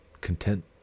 content